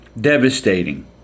devastating